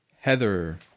Heather